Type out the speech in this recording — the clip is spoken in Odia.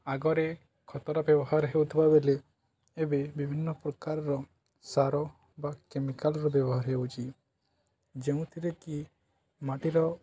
ଆଗରେ ଖତର ବ୍ୟବହାର ହେଉଥିବା ବେଳେ ଏବେ ବିଭିନ୍ନ ପ୍ରକାରର ସାର ବା କେମିକାଲ୍ର ବ୍ୟବହାର ହେଉଛି ଯେଉଁଥିରେ କି ମାଟିର